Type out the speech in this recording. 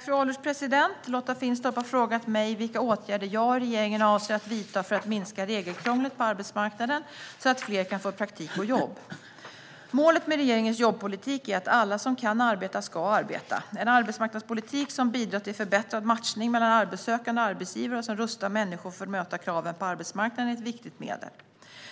Fru ålderspresident! Lotta Finstorp har frågat mig vilka åtgärder jag och regeringen avser att vidta för att minska regelkrånglet på arbetsmarknaden så att fler kan få praktik och jobb. Målet med regeringens jobbpolitik är att alla som kan arbeta ska arbeta. En arbetsmarknadspolitik som bidrar till förbättrad matchning mellan arbetssökande och arbetsgivare och som rustar människor för att möta kraven på arbetsmarknaden är ett viktigt medel.